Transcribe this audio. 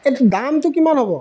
এইটো দামটো কিমান হ'ব